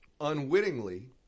unwittingly